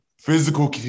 physical